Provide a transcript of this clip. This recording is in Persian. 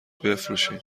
بفروشین